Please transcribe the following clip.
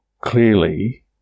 clearly